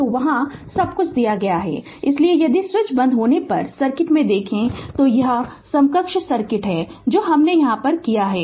तो वहां सब कुछ दिया गया है इसलिए यदि स्विच बंद होने पर सर्किट में देखें तो यह समकक्ष सर्किट है जो हमने यहां किया किया है